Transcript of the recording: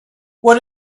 what